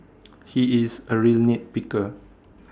he is A real nit picker